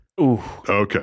Okay